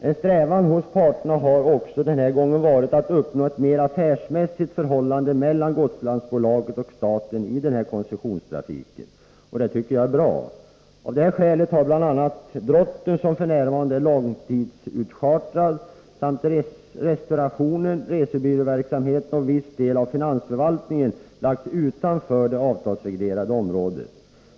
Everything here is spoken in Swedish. En strävan hos parterna har också denna gång varit att uppnå ett mera affärsmässigt förhållande mellan Gotlandsbolaget och staten i den här koncessionstrafiken. Detta tycker jag är bra. Av detta skäl har bl.a. Drotten, som f. n. är långtidsutchartrad, samt restaurationen, resebyråverksamheten och viss del av finansförvaltningen lagts utanför det avtalsreglerade området.